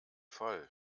voll